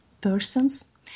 persons